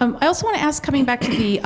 i also want to ask coming back to the